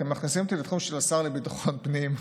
אתם מכניסים אותי לתחום של השר לביטחון הפנים.